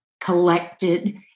collected